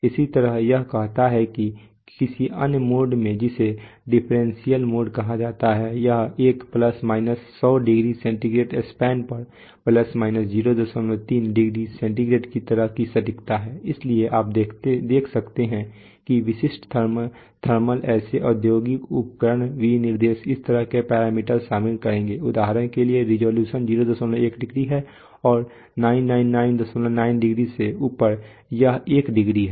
इसी तरह यह कहता है कि किसी अन्य मोड में जिसे डिफरेंशियल मोड कहा जाता है यह एक ± 100 डिग्री सेंटीग्रेड स्पैन पर ± 03 डिग्री सेंटीग्रेड की तरह की सटीकता है इसलिए आप देख सकते हैं कि विशिष्ट थर्मल ऐसे औद्योगिक उपकरण विनिर्देश इस तरह के पैरामीटर शामिल करेंगे उदाहरण के लिए रिज़ॉल्यूशन 01 डिग्री है और 9999 डिग्री से ऊपर यह एक डिग्री है